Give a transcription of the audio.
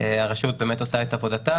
שהרשות באמת עושה את עבודתה,